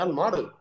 model